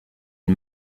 une